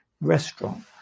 restaurant